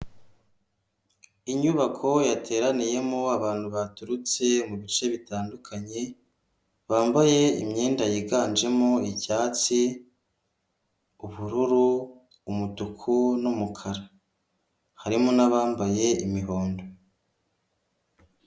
Inyubako yateraniyemo abantu baturutse mu bice bitandukanye bambaye imyenda yiganjemo icyatsi, ubururu, umutuku n'umukara harimo n'abambaye imihondo.